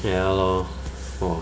ya lor hor